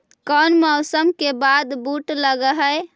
कोन मौसम के बाद बुट लग है?